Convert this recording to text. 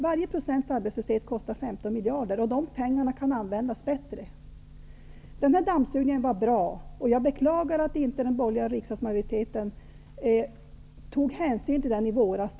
Varje procents arbetslöshet kostar 15 miljarder, och de pengarna kan användas bättre. Dammsugningen var bra, och jag beklagar att den borgerliga riksdagsmajoriteten inte tog hänsyn till den i våras.